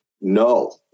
no